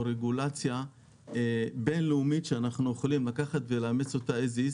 רגולציה בין לאומית שאנחנו יכולים לקחת ולאמץ אותה כמות שהיא,